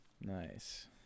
Nice